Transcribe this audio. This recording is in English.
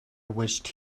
wished